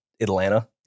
Atlanta